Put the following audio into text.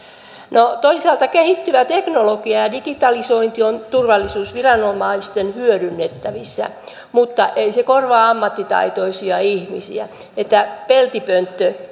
no toisaalta kehittyvä teknologia ja digitalisointi ovat turvallisuusviranomaisten hyödynnettävissä mutta ne eivät korvaa ammattitaitoisia ihmisiä peltipönttö